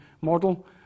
model